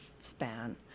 span